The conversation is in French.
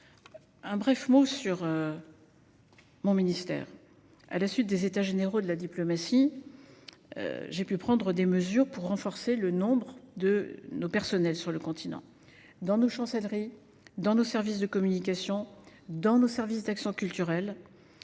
de cette ambition. Ainsi, à la suite des États généraux de la diplomatie, j’ai pris des mesures pour renforcer le nombre de nos personnels sur le continent, dans nos chancelleries, dans nos services de communication et dans nos services d’action culturelle.